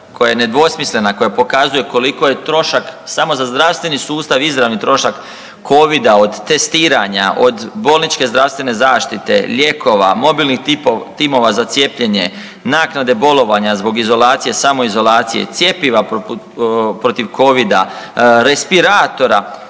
koja je nedvosmislena koja pokazuje koliko je trošak samo za zdravstveni sustav, izravni trošak COVID-a od testiranja, od bolničke zdravstvene zaštite, lijekova, mobilnih timova za cijepljenje, naknade bolovanja zbog izolacije, samoizolacije i cjepiva protiv COVID-a, respiratora,